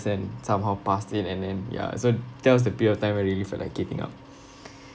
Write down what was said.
lesson somehow passed it and then ya so that was the period of time where I really felt like giving up